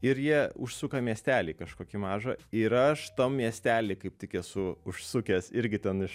ir jie užsuka į miestelį kažkokį mažą ir aš tam miestely kaip tik esu užsukęs irgi ten iš